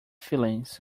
feelings